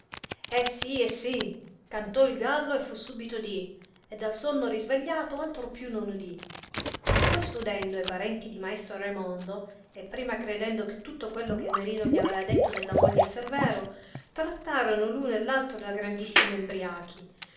eh sì eh sì cantò il gallo e subito fu dì e dal sonno risvegliato altro più non udì questo udendo e parenti di maestro raimondo e prima credendo che tutto quello che nerino gli aveva detto della moglie severo trattarono l uno e l altro da grandissimi embriachi